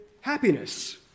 Happiness